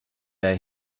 bear